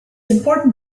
important